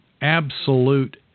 absolute